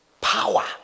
power